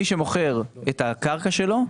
מי שמוכר את הקרקע שלו,